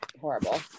horrible